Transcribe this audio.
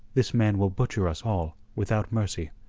this man will butcher us all without mercy.